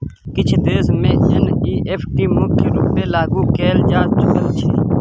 किछ देश मे एन.इ.एफ.टी मुख्य रुपेँ लागु कएल जा चुकल छै